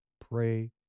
pray